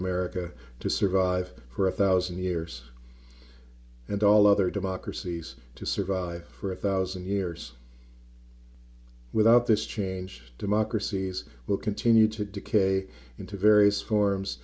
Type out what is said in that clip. america to survive for a thousand years and all other democracies to survive for a thousand years without this change democracies will continue to decay into various forms